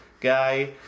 guy